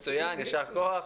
מצוין, יישר כוח.